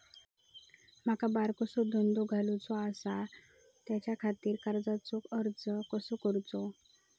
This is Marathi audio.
माका बारकोसो धंदो घालुचो आसा त्याच्याखाती कर्जाचो अर्ज कसो करूचो?